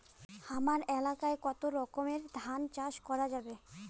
হামার এলাকায় কতো রকমের ধান চাষ করা যাবে?